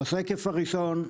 בשקף הראשון,